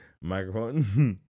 microphone